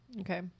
Okay